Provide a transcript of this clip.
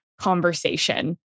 conversation